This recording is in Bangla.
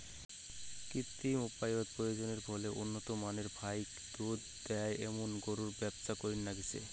কৃত্রিম উপায়ত প্রজননের ফলে উন্নত মানের ফাইক দুধ দেয় এ্যামুন গরুর ব্যবসা করির নাইগচে